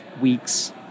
weeks